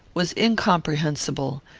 was incomprehensible,